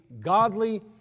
godly